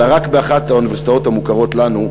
אלא רק באחת האוניברסיטאות המוכרות לנו,